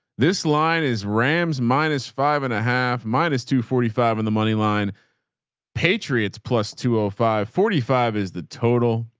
this line is rams minus five and a half minus two forty five in the moneyline patriots plus two oh five forty five. is the total,